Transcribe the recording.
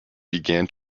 began